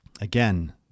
again